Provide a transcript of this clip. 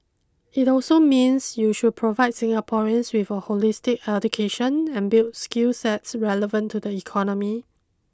it also means they should provide Singaporeans with a holistic education and build skill sets relevant to the economy